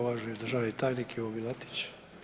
Uvaženi državni tajnik Ivo Milatić.